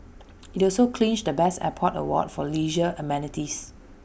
IT also clinched the best airport award for leisure amenities